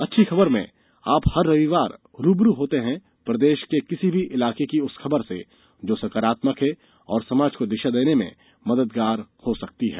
अच्छी खबर में आप हर रविवार रू ब रू होते हैं प्रदेश के किसी भी इलाके की उस खबर से जो सकारात्मक है और समाज को दिशा देने में मददगार हो सकती है